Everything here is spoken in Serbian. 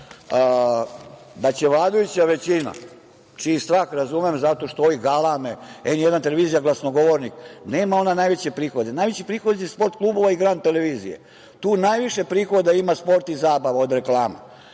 da će vladajuća većina, čiji strah razumem, zato što ovi galame, N1 televizija, glasnogovornik, nema ona najveće prihode, najveći prihod je „Sport klubova“ i „Grand televizije“. Tu najviše prihoda imaju sport i zabava, od reklama.